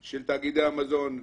של תאגידי המזון,